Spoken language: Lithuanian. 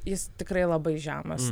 jis tikrai labai žemas